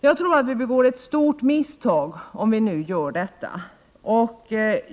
Jag tror att vi begår ett stort misstag om vi gör detta.